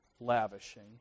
Lavishing